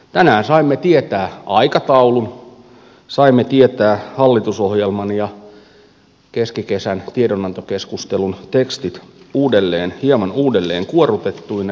tänään saimme tietää aikataulun saimme tietää hallitusohjelman ja keskikesän tiedonantokeskustelun tekstit hieman uudelleen kuorrutettuina